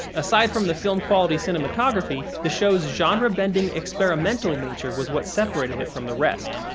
aside from the film-quality cinematography, the show's genre-bending, experimental nature was what separated it from the rest.